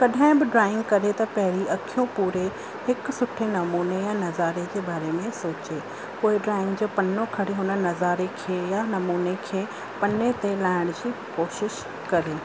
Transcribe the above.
कॾहिं बि ड्रॉइंग करे त अखियूं पूरे हिक सुठे नमूने ऐं नज़ारे जे बारे में सोचे पोइ ड्रॉइंग जो पनो खणी हुन नज़ारे खे या नमूने खे पने ते लाहिण जी कोशिश करे